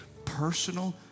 personal